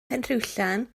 penrhiwllan